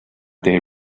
they